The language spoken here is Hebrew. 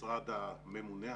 המשרד הממונה,